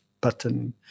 button